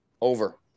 Over